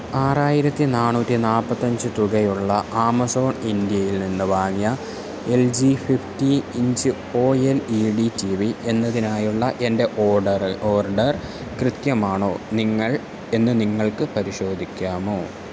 ആറായിരത്തി നാനൂറ്റി നാൽപ്പത്തഞ്ച് തുകയുള്ള ആമസോൺ ഇന്ത്യയിൽ നിന്ന് വാങ്ങിയ L G fifty inch O L E D T V എന്നതിനായുള്ള എൻ്റെ ഓർഡർ ഓർഡർ കൃത്യമാണോ നിങ്ങൾ എന്ന് നിങ്ങൾക്ക് പരിശോധിക്കാമോ